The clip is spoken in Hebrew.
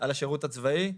על השירות הצבאי,